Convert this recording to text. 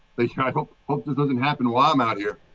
ah you know, i hope hope this doesn't happen while i'm out here.